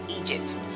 Egypt